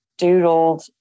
doodled